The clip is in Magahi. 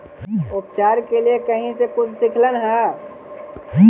उपचार के लीये कहीं से कुछ सिखलखिन हा?